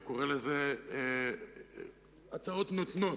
קורא לו "הצעות נותנות".